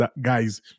guys